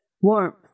warmth